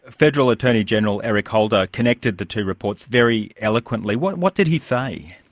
federal attorney general eric holder connected the two reports very eloquently. what what did he say?